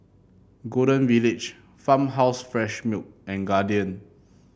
Golden Village Farmhouse Fresh Milk and Guardian